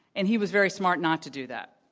and he was very smart not to do that.